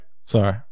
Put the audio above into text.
Sorry